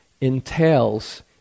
entails